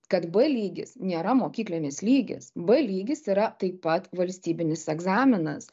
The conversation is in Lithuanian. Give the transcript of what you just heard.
kad b lygis nėra mokyklinis lygis b lygis yra taip pat valstybinis egzaminas